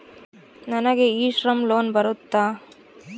ನನಗೆ e Shram loan ಬರುತ್ತಾ?